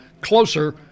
closer